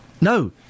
No